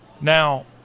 Now